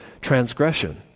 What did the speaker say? transgression